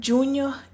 Junior